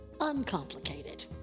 uncomplicated